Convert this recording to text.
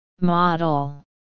Model